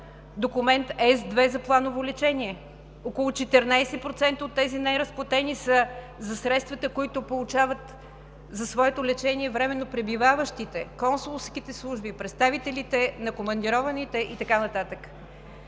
документ S2 за планово лечение, около 14% от тези неразплатени са средствата, които получават за своето лечение временно пребиваващите, консулските служби, представителите на командированите и така нататък.